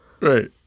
right